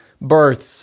births